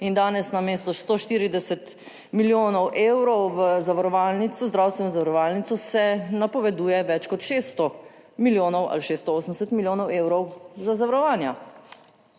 in danes namesto 140 milijonov evrov v zavarovalnico, zdravstveno zavarovalnico, se napoveduje več kot 600 milijonov ali 680 milijonov evrov za zavarovanja.